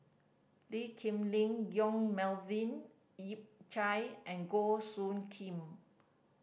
Lee Kip Lin Yong Melvin Yik Chye and Goh Soo Khim